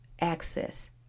access